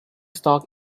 stock